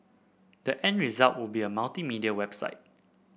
the end result will be a multimedia website